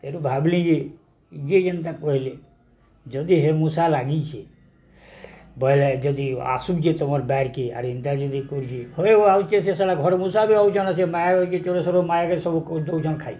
ଏରୁୁ ଭାବିଲି ଯେ ଯିଏ ଯେନ୍ତା କହିଲେ ଯଦି ହେ ମୂଷା ଲାଗିଛେ ବୋଇଲେ ଯଦି ଆସୁଛେ ତୁମର ବାରିକେ ଆର୍ ଏନ୍ତା ଯଦି କରୁ ହ ଆସୁଛେ ସେଇଟା ଘର ମୂଷା ବି ହେଉଛନ୍ ସେ ମାୟକେ ଚୋର ସୋର ମାୟକେ ସବୁ ଦେଉଛନ୍ ଖାଇ